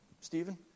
Stephen